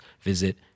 visit